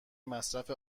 مصرف